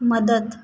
मदत